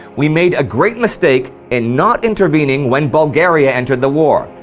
we made a great mistake in not intervening when bulgaria entered the war.